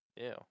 Ew